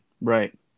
right